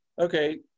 okay